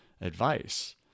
advice